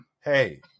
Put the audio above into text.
Hey